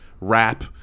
rap